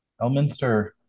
Elminster